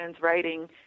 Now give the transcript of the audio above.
writing